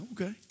Okay